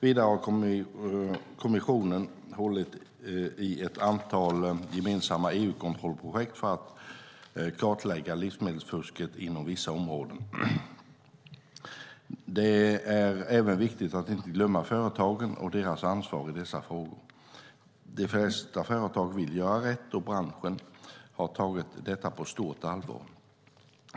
Vidare har kommissionen hållit i ett antal gemensamma EU-kontrollprojekt för att kartlägga livsmedelsfusket inom vissa områden. Det är även viktigt att inte glömma företagen och deras ansvar i dessa frågor. De flesta företag vill göra rätt, och branschen har tagit detta på stort allvar.